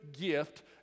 gift